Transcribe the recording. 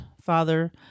father